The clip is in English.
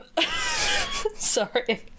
sorry